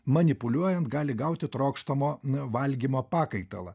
manipuliuojant gali gauti trokštamo valgymo pakaitalą